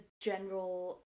general